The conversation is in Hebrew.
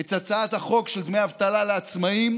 את הצעת החוק של דמי אבטלה לעצמאים,